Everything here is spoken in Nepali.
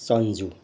सन्जु